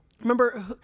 remember